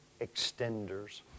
extenders